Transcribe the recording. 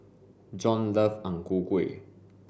John love Ang Ku Kueh